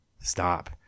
Stop